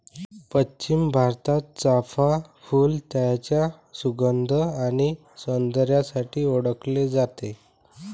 पश्चिम भारतात, चाफ़ा फूल त्याच्या सुगंध आणि सौंदर्यासाठी ओळखले जाते